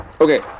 Okay